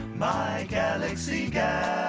my galaxy gal